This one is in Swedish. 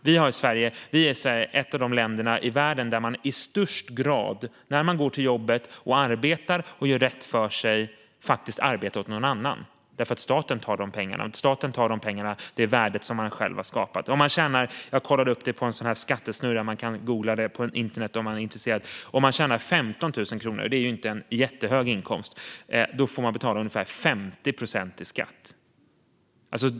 Vi är ett av de länder i världen där man i högst grad när man går till jobbet, arbetar och gör rätt för sig faktiskt arbetar åt någon annan eftersom staten tar pengarna, det värde man själv har skapat. Riksrevisionens rapport om RUTavdraget Jag kollade upp detta på en sådan här skattesnurra - man kan googla det på internet om man är intresserad. Om man tjänar 15 000 kronor - det är inte en jättehög inkomst - får man betala ungefär 50 procent i skatt.